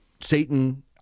Satan